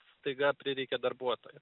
staiga prireikia darbuotojo